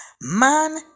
Man